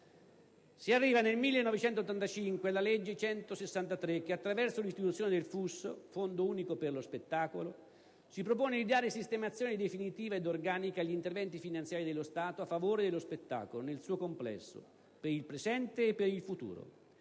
Si arriva, nel 1985, alla legge n. 163, che attraverso l'istituzione del FUS (Fondo unico per lo spettacolo) si propone di dare sistemazione definitiva ed organica agli interventi finanziari dello Stato a favore dello spettacolo nel suo complesso, per il presente e per il futuro.